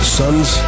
sons